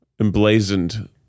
emblazoned